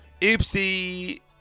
Oopsie